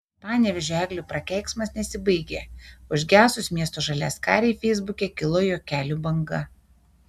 panevėžio eglių prakeiksmas nesibaigia užgesus miesto žaliaskarei feisbuke kilo juokelių banga